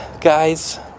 guys